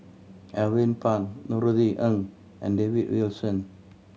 Alvin Pang Norothy Ng and David Wilson